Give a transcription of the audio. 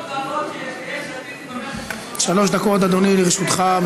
שלוש דקות לרשותך.